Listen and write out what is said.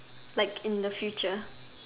like in the future